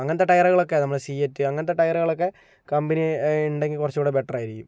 അങ്ങനത്തെ ടയറുകളൊക്കെ നമ്മുടെ സിയറ്റ് അങ്ങനത്തെ ടയറുകളൊക്കെ കമ്പനി ഉണ്ടെങ്കിൽ കുറച്ചുകൂടെ ബെറ്ററായിരിക്കും